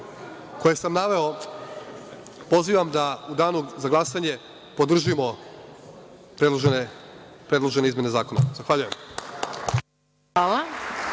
koje sam naveo pozivam da u danu za glasanje podržimo predložene izmene zakona. **Maja